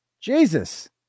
Jesus